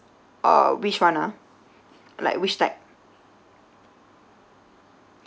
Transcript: uh which one ah like which type